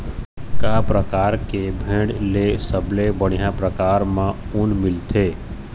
का परकार के भेड़ ले सबले बढ़िया परकार म ऊन मिलथे?